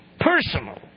personal